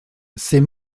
c’est